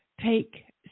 take